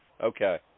Okay